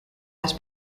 las